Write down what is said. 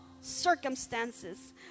circumstances